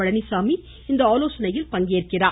பழனிச்சாமி இந்த ஆலோசனையில் பங்கேற்கிறார்